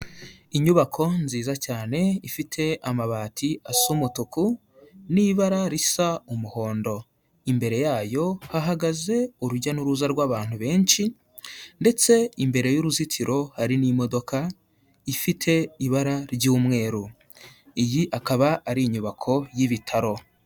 Inyubako nziza cyane ifite amabati asa umutuku n'ibara risa umuhondo, imbere yayo hahagaze urujya n'uruza rw'abantu benshi ndetse imbere y'uruzitiro hari n'imodoka ifite ibara ry'umweru, iyi akaba ari inyubako y'ibitaro.